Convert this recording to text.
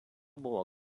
buvo